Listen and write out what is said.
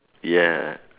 ya